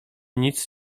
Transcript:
nic